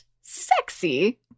sexy